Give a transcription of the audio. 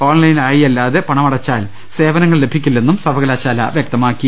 ഓൺലൈൻആയി അല്ലാതെ പണം അടച്ചാൽ സേവനങ്ങൾ ലഭിക്കില്ലെന്നും സർവകലാ ശാല വ്യക്തമാക്കി